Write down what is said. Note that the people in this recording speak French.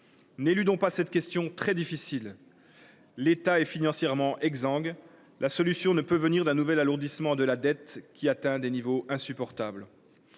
n’éludons pas cette question très difficile ! L’État est financièrement exsangue. La solution ne peut venir d’un nouvel alourdissement de la dette, qui atteint des niveaux insupportables.